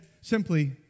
simply